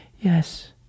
Yes